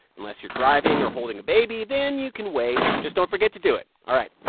unless you're driving or holding a baby, then you can wait. just don't forget to do it. all right.